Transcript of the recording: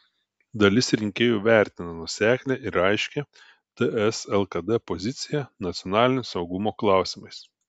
dalis rinkėjų vertina nuoseklią ir aiškią ts lkd poziciją nacionalinio saugumo klausimais